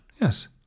Yes